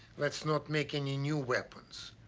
let's not make any new weapons.